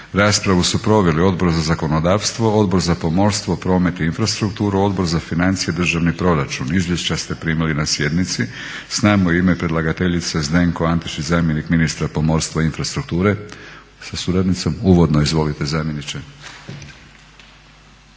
Raspravu su proveli Odbor za zakonodavstvo, Odbor za pomorstvo, promet i infrastrukturu, Odbor za financije i državni proračun. Izvješća ste primili na sjednici. S nama je u ime predlagateljice Zdenko Antešić zamjenik ministra pomorstva i infrastrukture sa suradnicom. Uvodno izvolite zamjeniče.